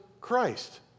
Christ